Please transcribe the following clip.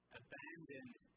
abandoned